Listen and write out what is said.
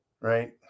Right